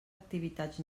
activitats